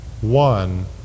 one